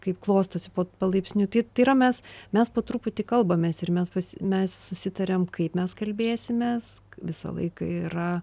kaip klostosi palaipsniui tai yra mes mes po truputį kalbamės ir mes mes susitariam kaip mes kalbėsimės visą laiką yra